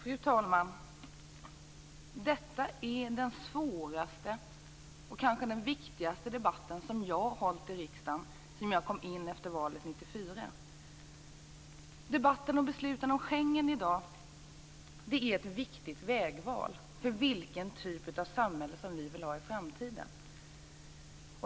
Fru talman! Detta är den svåraste och kanske den viktigaste debatt som jag har deltagit i här i riksdagen sedan jag kom in i valet 1994. Debatten och beslutet om Schengen i dag är ett viktigt vägval för vilken typ av samhälle som vi vill ha i framtiden.